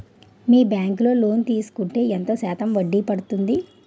మీ bank లో loan తీసుకుంటే ఎంత శాతం వడ్డీ పడ్తుంది?